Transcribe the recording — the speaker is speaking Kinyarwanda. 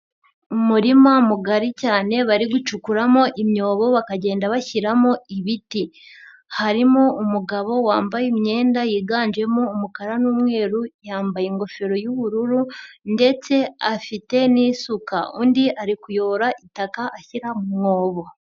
Umurima mugari cyane bari gucukuramo imyobo bakagenda bashyiramo ibiti. Harimo umugabo wambaye imyenda yiganjemo umukara n'umweru, yambaye ingofero y'ubururu ndetse afite n'isuka. Undi ari kuyora itaka ashyira mu mwobo.